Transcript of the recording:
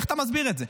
איך אתה מסביר את זה?